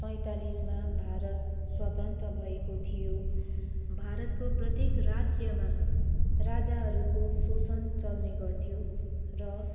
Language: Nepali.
सैँतालिसमा भारत स्वतन्त्र भएको थियो भारतको प्रत्येक राज्यमा राजाहरूको शोषण चल्ने गर्थ्यो र